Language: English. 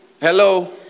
Hello